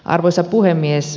arvoisa puhemies